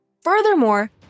Furthermore